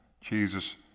Jesus